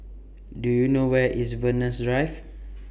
Do YOU know Where IS Venus Drive